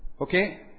Okay